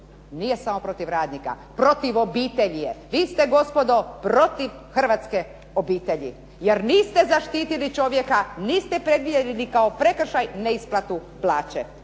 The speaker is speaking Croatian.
nije samo protiv radnika. Protiv obitelji je. Vi ste gospodo protiv hrvatske obitelji, jer niste zaštitili čovjeka, niste predvidjeli kao prekršaj neisplatu plaću.